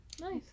Nice